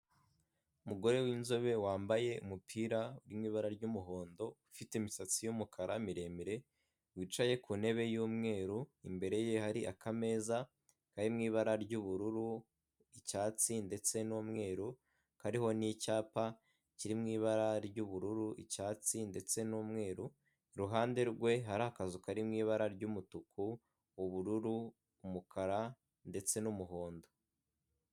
Umugore w'inzobe wambaye umupira uri mw'ibara ry'umuhondo, ufite imisatsi y’umukara miremire wicaye ku ntebe y'umweru, imbere ye har’akameza kari mw’ibara ry'ubururu, icyatsi ndetse n'umweru, kariho n'icyapa kiri mw’ibara ry'ubururu, icyatsi ndetse n'umweru. Iruhande rwe har’akazu kari mw’ibara ry'umutuku, ubururu, umukara ndetse n'umuhondo.